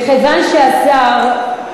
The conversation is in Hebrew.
מכיוון שהשר,